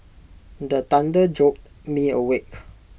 the thunder jolt me awake